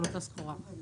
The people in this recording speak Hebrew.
של אותה סחורה.